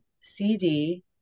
CD